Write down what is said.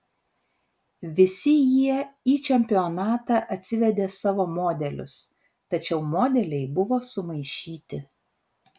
visi jie į čempionatą atsivedė savo modelius tačiau modeliai buvo sumaišyti